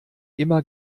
immer